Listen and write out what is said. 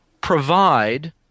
provide